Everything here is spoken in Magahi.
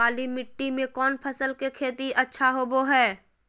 काली मिट्टी में कौन फसल के खेती अच्छा होबो है?